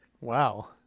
Wow